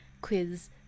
quiz